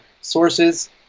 sources